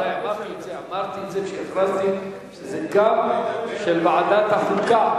אמרתי את זה כשהכרזתי שזה גם של ועדת החוקה.